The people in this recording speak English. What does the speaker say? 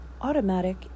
Automatic